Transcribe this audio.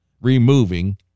removing